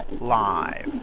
Live